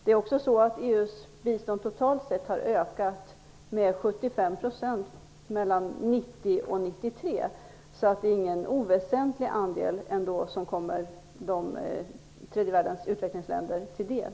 EU:s bistånd totalt sett har ökat med 75 % mellan 1990 och 1993, så det är ingen oväsentlig andel som ändå kommer tredje världens utvecklingsländer till del.